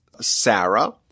Sarah